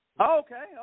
Okay